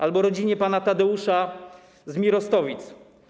Albo rodzinie pana Tadeusza z Mirostowic?